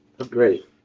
Great